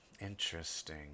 Interesting